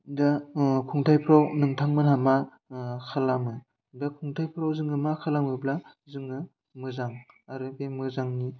दा खुंथाइफ्राव नोंथांमोनहा मा खालामो दा खुंथाइफ्राव जोङो मा खालामोब्ला जोङो मोजां आरो बे मोजांनि